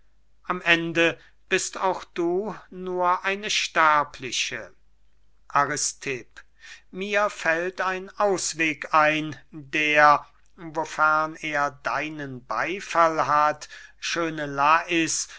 am ende bist auch du nur eine sterbliche aristipp mir fällt ein ausweg ein der wofern er deinen beyfall hat schöne lais